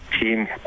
team